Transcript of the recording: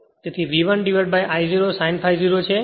તેથી V1I0 sin ∅ 0 છે